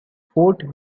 fort